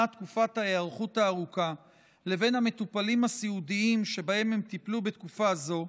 תקופת ההיערכות הארוכה לבין המטופלים הסיעודיים שבהם הם טיפלו בתקופה זו,